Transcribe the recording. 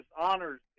honors